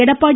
Edappadi